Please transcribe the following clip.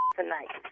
tonight